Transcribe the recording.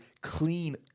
clean